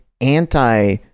anti